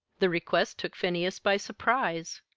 the request took phineas by surprise.